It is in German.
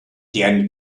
deren